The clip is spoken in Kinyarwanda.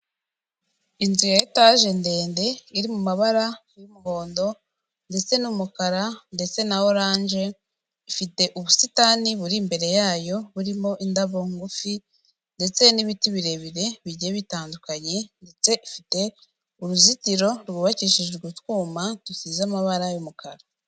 Inzu ya etaje ndende iri mu mabara y'umuhondo ndetse n'umukara ndetse na oranje, ifite ubusitani buri imbere yayo burimo indabo ngufi ndetse n'ibiti birebire bigiye bitandukanye, ndetse ifite uruzitiro rwubakishije utwuma dusize amabara y'umukara.